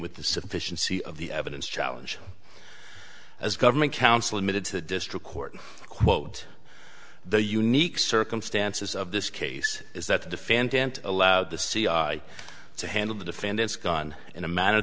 with the sufficiency of the evidence challenge as government counsel admitted to the district court quote the unique circumstances of this case is that the defendant allowed the c i to handle the defendant's gun in a manner